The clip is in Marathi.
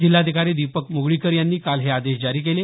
जिल्हाधिकारी दीपक म्गळीकर यांनी काल हे आदेश जारी केले